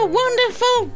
wonderful